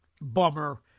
Bummer